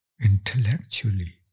intellectually